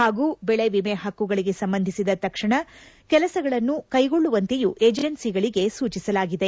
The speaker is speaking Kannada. ಹಾಗೂ ಬೆಳೆ ವಿಮೆ ಹಕ್ಕುಗಳಿಗೆ ಸಂಬಂಧಿಸಿದ ತಕ್ಷಣದ ಕೆಲಸಗಳನ್ನು ಕೈಗೊಳ್ಳುವಂತೆಯೂ ಏಜೆನ್ಪೀಸ್ ಗಳಿಗೆ ಸೂಚಿಸಲಾಗಿದೆ